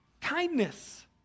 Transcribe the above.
kindness